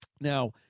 Now